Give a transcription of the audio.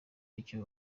icyo